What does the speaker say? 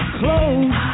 close